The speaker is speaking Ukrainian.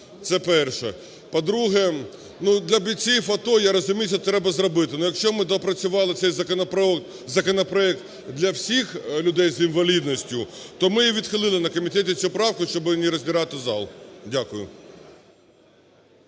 Це перше. По-друге, для бійців АТО, я розумію, що треба зробити. Ну якщо ми доопрацювали цей законопроект для всіх людей з інвалідністю, то ми і відхилили на комітеті цю правку, щоб не роздирати зал. Дякую.